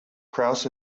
kraus